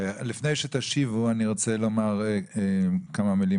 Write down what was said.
לפני שתשיבו אני רוצה לומר כמה מילים